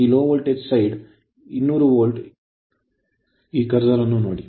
ಈ low voltage side ಕಡಿಮೆ voltage side 200 volt ಈ ಕರ್ಸರ್ ಅನ್ನು ನೋಡಿ